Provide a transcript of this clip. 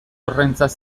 horrentzat